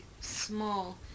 small